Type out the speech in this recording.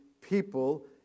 people